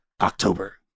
october